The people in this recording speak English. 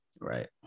Right